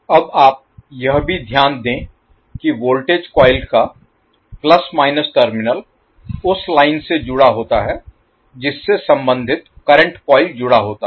अब आप यह भी ध्यान दें कि वोल्टेज कॉइल का प्लस माइनस टर्मिनल उस लाइन से जुड़ा होता है जिससे संबंधित करंट कॉइल जुड़ा होता है